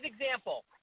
example